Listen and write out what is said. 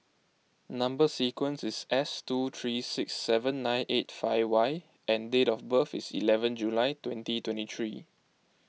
Number Sequence is S two three six seven nine eight five Y and date of birth is eleven July twenty twenty three